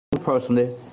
personally